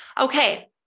Okay